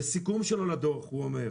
בסיכום שלו לדוח הוא אומר,